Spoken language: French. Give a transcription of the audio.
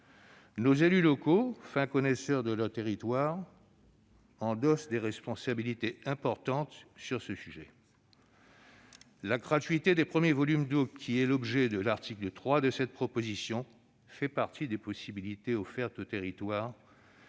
Nos élus locaux, fins connaisseurs de leurs territoires, endossent des responsabilités importantes sur ce sujet. La gratuité des premiers volumes d'eau, qui est l'objet de l'article 3 de cette proposition de loi, fait partie des possibilités offertes aux territoires